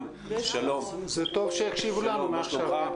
שלום לכל מי שנמצא אתנו באמצעות זום,